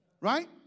right